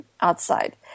outside